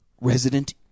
Resident